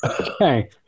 Okay